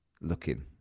looking